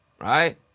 Right